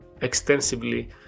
extensively